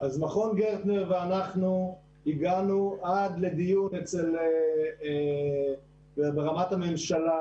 אז מכון גרטנר ואנחנו הגענו עד לדיון ברמת הממשלה,